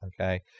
Okay